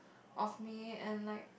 of me and like